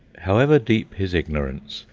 however deep his ignorance,